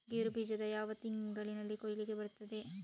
ಗೇರು ಬೀಜ ಯಾವ ತಿಂಗಳಲ್ಲಿ ಕೊಯ್ಲಿಗೆ ಬರ್ತದೆ?